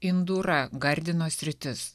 indura gardino sritis